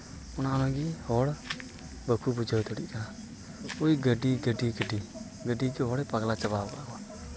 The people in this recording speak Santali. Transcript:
ᱚᱱᱟ ᱞᱟᱹᱜᱤᱫ ᱦᱚᱲ ᱵᱟᱠᱚ ᱵᱩᱡᱷᱟᱹᱣ ᱫᱟᱲᱮᱜ ᱠᱟᱱᱟ ᱚᱠᱚᱭ ᱜᱟᱹᱰᱤ ᱜᱟᱹᱰᱤ ᱜᱟᱹᱰᱤ ᱜᱟᱹᱰᱤ ᱜᱮ ᱦᱚᱲᱮ ᱯᱟᱜᱽᱞᱟ ᱪᱟᱵᱟᱣ ᱠᱟᱜ ᱠᱚᱣᱟ